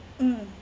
mm